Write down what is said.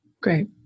Great